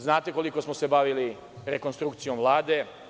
Znate koliko smo se bavili rekonstrukcijom Vlade.